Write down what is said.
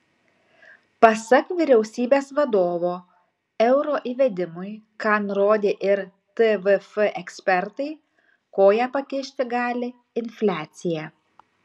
pasak vyriausybės vadovo euro įvedimui ką nurodė ir tvf ekspertai koją pakišti gali infliacija